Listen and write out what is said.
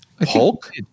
Hulk